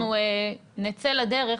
כדי שכשאנחנו נצא לדרך,